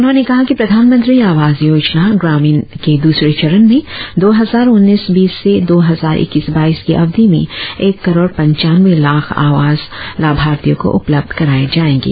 उन्होंने कहा कि प्रधानमंत्री आवास योजना ग्रामीण के दूसरे चरण में दो हजार उन्नीस बीस से दो हजार इक्कीस बाइस की अवधि में एक करोड़ पंचानवे लाख आवास लाभार्थियों को उपलब्ध कराए जाएंगे